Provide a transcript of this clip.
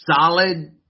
solid